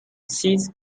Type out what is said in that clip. sits